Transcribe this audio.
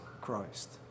Christ